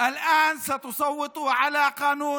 להלן תרגומם: אתם, החברים,